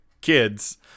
kids